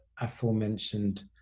aforementioned